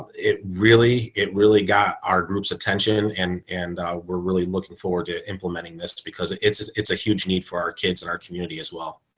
it really, it really got our groups attention and and we're really looking forward to implementing this because it's it's it's a huge need for our kids in our community as well.